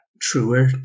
truer